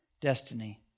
destiny